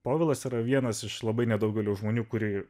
povilas yra vienas iš labai nedaugelio žmonių kurie